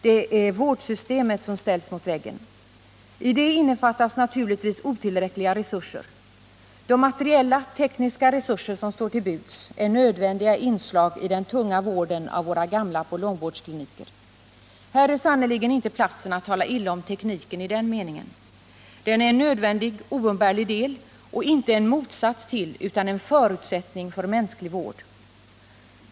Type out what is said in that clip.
Det är vårdsystemet som ställs mot väggen. I det innefattas naturligtvis otillräckliga resurser. De materiella och tekniska resurser som står till buds är nödvändiga inslag i den tunga vården av våra gamla på långvårdskliniker. Här är sannerligen inte platsen att tala illa om tekniken i den meningen. Den är en nödvändig och oumbärlig del och inte en motsats till utan en förutsättning för mänsklig vård.